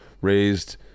raised